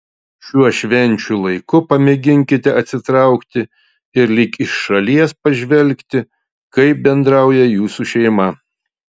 šiuo švenčių laiku pamėginkite atsitraukti ir lyg iš šalies pažvelgti kaip bendrauja jūsų šeima